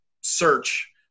search